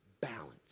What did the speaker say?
balance